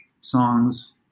songs